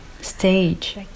stage